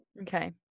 Okay